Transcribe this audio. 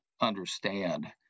understand